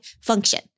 function